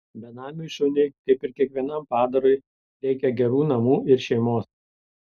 benamiui šuniui kaip ir kiekvienam padarui reikia gerų namų ir šeimos